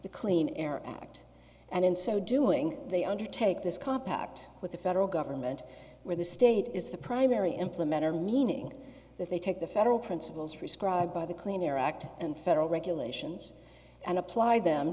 the clean air act and in so doing they undertake this compact with the federal government where the state is the primary implementor meaning that they take the federal principles risk right by the clean air act and federal regulations and apply them